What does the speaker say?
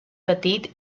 petit